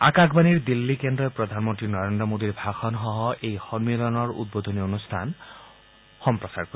আকাশবাণীৰ দিল্লী কেন্দ্ৰই প্ৰধানমন্ত্ৰী নৰেন্দ্ৰ মোডীৰ ভাষণসহ এই সম্মিলনৰ উদ্বোধনী অনুষ্ঠান সম্প্ৰচাৰ কৰিব